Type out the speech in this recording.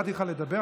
ידבר איתך עוד פעם.